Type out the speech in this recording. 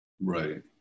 right